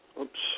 Oops